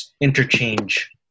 interchange